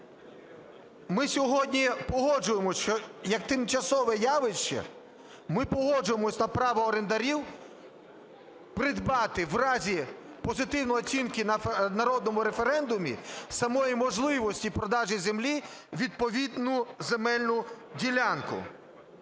ми сьогодні погоджуємося, що як тимчасове явище, ми погоджуємося на право орендарів придбати в разі позитивної оцінки на народному референдумі самої можливості продажу землі відповідну земельну ділянку.